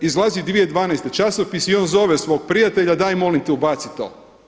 Izlazi 2012. časopis i on zove svog prijatelja daj molim te ubaci to.